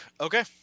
okay